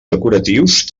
decoratius